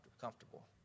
comfortable